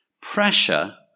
Pressure